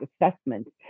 assessment